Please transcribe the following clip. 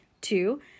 Two